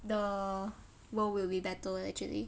the world will be better actually